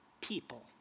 people